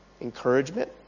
encouragement